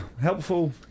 helpful